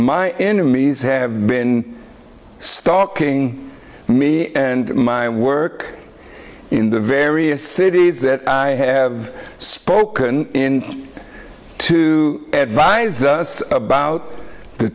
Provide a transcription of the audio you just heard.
my enemies have been stalking me and my work in the various cities that i have spoken in to advise us about the